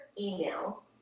email